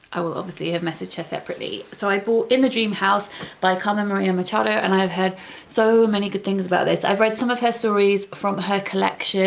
i will obviously have messaged her separately, so i bought in the dream house by carmen maria machado, and i have heard so many good things about this, i've read some of her stories from her collection